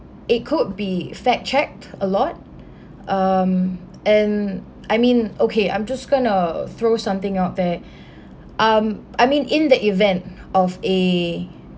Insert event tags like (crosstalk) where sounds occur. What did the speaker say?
it could be fact-checked a lot um and I mean okay I'm just gonna throw something out there (breath) um I mean in the event of a